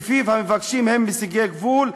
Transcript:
שלפיו המבקשים הם מסיגי גבול.